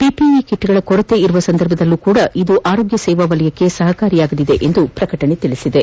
PPE ಕಿಟ್ಗಳ ಕೊರತೆ ಇರುವ ಸಂದರ್ಭಗಳಲ್ಲೂ ಸಹ ಇದು ಆರೋಗ್ಯ ಸೇವಾ ವಲಯಕ್ಕೆ ಸಹಕಾರಿಯಾಗುವುದೆಂದು ಪ್ರಕಟಣೆ ತಿಳಿಸಿದೆ